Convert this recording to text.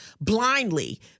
blindly